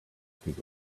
could